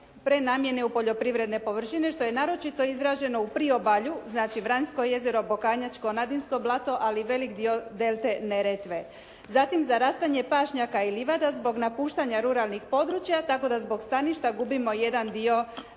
prenamjene u poljoprivredne površine što je naročito izraženo u priobalju, znači Vranjsko jezero, Bokanjačko, Nadinsko blato, ali i velik dio delte Neretve. Zatim zarastanje pašnjaka i livada zbog napuštanja ruralnih područja, tako da zbog staništa gubimo jedan dio, jedan